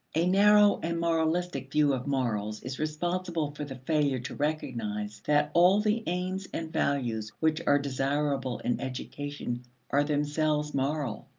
a narrow and moralistic view of morals is responsible for the failure to recognize that all the aims and values which are desirable in education are themselves moral.